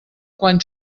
quan